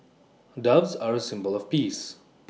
doves are A symbol of peace